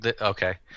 okay